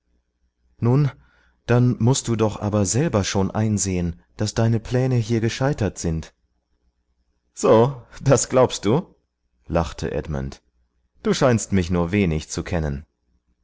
nun dann mußt du doch aber selber schon einsehen daß deine pläne hier gescheitert sind so das glaubst du lachte edmund du scheinst mich nur wenig zu kennen